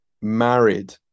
married